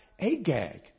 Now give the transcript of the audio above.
Agag